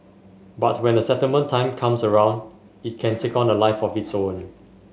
but when the settlement time comes around it can take on a life of its own